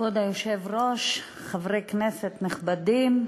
כבוד היושב-ראש, חברי כנסת נכבדים,